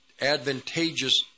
advantageous